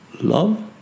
love